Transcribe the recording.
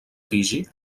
fiji